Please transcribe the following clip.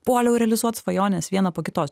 puoliau realizuot svajones vieną po kitos